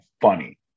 funny